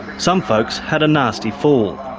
some folks had a nasty fall.